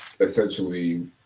essentially